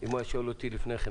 אם הוא היה שואל אותי לפני כן,